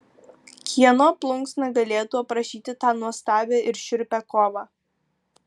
kieno plunksna galėtų aprašyti tą nuostabią ir šiurpią kovą